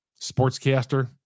sportscaster